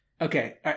Okay